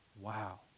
Wow